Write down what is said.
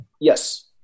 Yes